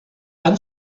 han